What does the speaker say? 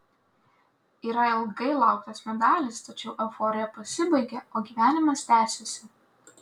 yra ilgai lauktas medalis tačiau euforija pasibaigia o gyvenimas tęsiasi